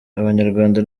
abanyarwanda